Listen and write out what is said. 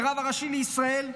כרב הראשי לישראל,